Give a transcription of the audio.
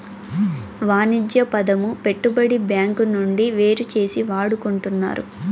వాణిజ్య పదము పెట్టుబడి బ్యాంకు నుండి వేరుచేసి వాడుకుంటున్నారు